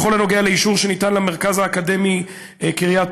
בכל הקשור לאישור שניתן למרכז האקדמי אונו